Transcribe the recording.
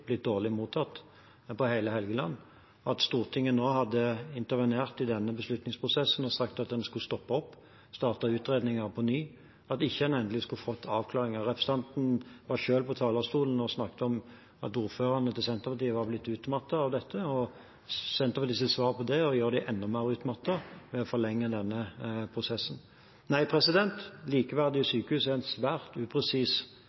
blitt dårlig mottatt på hele Helgeland: at Stortinget nå hadde intervenert i denne beslutningsprosessen og sagt at en skulle stoppe opp og starte med utredninger på ny, og at en ikke endelig skulle ha fått avklaringer. Representanten var selv på talerstolen og snakket om at ordførerne fra Senterpartiet var blitt utmattet av dette, og Senterpartiets svar på det er å gjøre dem enda mer utmattet ved å forlenge denne prosessen. Nei, likeverdige